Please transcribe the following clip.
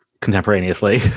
contemporaneously